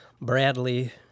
bradley